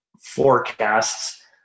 forecasts